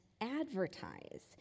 advertise